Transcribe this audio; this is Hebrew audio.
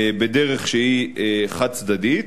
בדרך שהיא חד-צדדית.